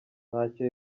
ntacyo